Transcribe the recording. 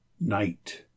Night